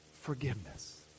forgiveness